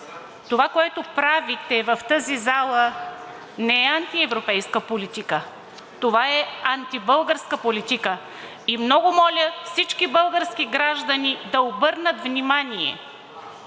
това, което правите в тази зала, не е антиевропейска политика. Това е антибългарска политика и много моля всички български граждани да обърнат внимание